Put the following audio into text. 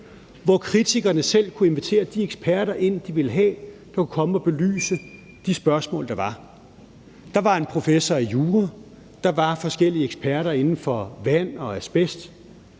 hvor kritikerne selv kunne invitere de eksperter, de ville have, ind for at komme og belyse de spørgsmål, der var. Der var en professor i jura, der var forskellige eksperter inden for vand og asbest,